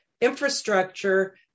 infrastructure